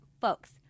folks